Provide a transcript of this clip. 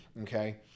okay